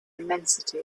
immensity